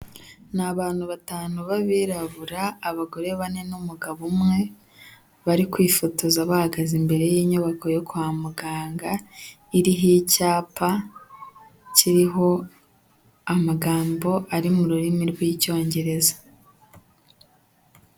Ni abantu batanu b'abirabura abagore bane n'umugabo umwe, bari kwifotoza bahagaze imbere y'inyubako yo kwa muganga, iriho icyapa kiriho amagambo ari mu rurimi rw'Icyongereza.